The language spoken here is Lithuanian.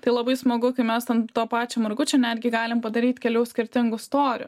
tai labai smagu kai mes ant to pačio margučių netgi galim padaryt kelių skirtingų storių